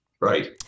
Right